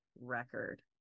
Record